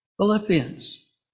Philippians